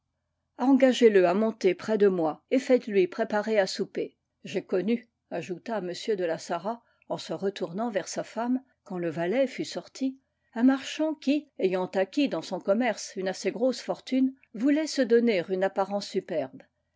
vêtu engagez le à monter près de moi et faites-lui préparer à souper j'ai connu ajouta m de la sarraz en se retournant vers sa femme quand le valet fut sorti un marchand qui ayant acquis dans son commerce une assez grosse fortune voulait se donner une apparence superbe